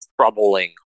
troubling